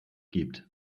gibt